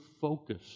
focus